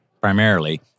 primarily